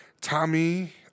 Tommy